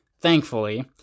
thankfully